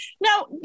Now